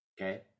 okay